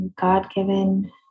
God-given